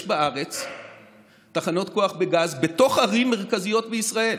יש בארץ תחנות כוח בגז בתוך ערים מרכזיות בישראל.